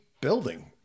building